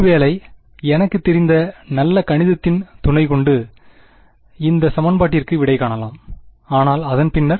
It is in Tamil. ஒருவேளை எனக்குத்தெரிந்த நல்ல கணிதத்தின் துணைகொண்டு இந்த சமன்பாட்டிற்கு விடைகாணலாம் ஆனால் அதன் பின்னர்